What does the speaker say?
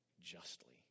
justly